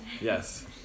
Yes